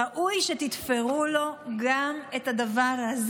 ראוי שתתפרו לו גם את הדבר הזה.